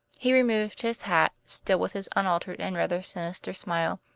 he removed his hat, still with his unaltered and rather sinister smile,